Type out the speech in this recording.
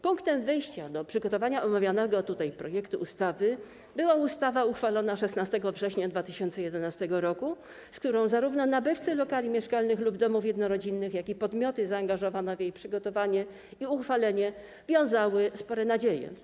Punktem wyjścia do przygotowania omawianego tutaj projektu ustawy była ustawa uchwalona 16 września 2011 r., z którą zarówno nabywcy lokali mieszkalnych lub domów jednorodzinnych, jak i podmioty zaangażowane w jej przygotowanie i uchwalenie wiązali spore nadzieje.